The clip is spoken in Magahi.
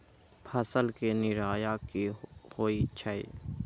फसल के निराया की होइ छई?